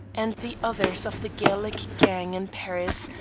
and the others of the gaelic gang in paris,